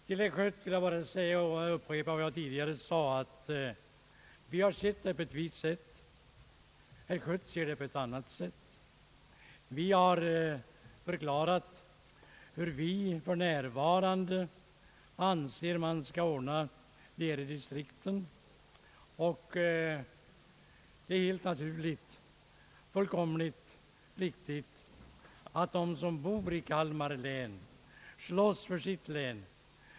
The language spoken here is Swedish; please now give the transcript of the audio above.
Till herr Schött vill jag bara säga — och jag upprepar vad jag tidigare sagt — att vi har sett saken på ett visst sätt, medan herr Schött ser den på ett annat sätt. Vi har förklarat hur vi för närvarande anser att man skall ordna det i distrikten. Det är helt naturligt och fullkomligt riktigt att de som bor i Kalmar län slåss för sitt län.